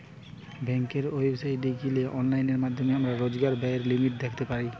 বেংকের ওয়েবসাইটে গিলে অনলাইন মাধ্যমে আমরা রোজকার ব্যায়ের লিমিট দ্যাখতে পারি